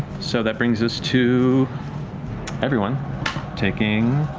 so that brings us to everyone taking.